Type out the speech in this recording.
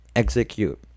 execute